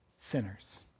sinners